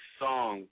song